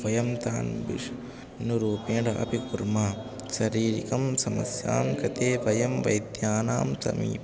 वयं तान् विषयनिरूपेण अपि कुर्मः शारीरिकं समस्यां कृते वयं वैद्यानां समीपं